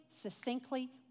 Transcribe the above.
succinctly